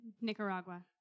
Nicaragua